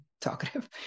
talkative